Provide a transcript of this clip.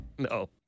No